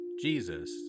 Jesus